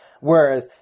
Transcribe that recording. Whereas